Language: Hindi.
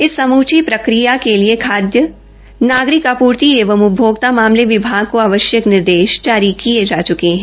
इस समूची प्रक्रिया के लिए खाद्य नागरिक आपूर्ति एवं उपभोक्ता मामले विभाग को आवश्यक निर्देश जारी किए जा चुके हैं